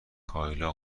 کایلا